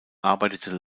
arbeitete